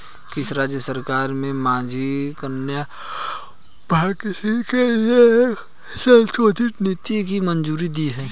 किस राज्य सरकार ने माझी कन्या भाग्यश्री के लिए एक संशोधित नीति को मंजूरी दी है?